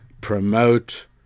promote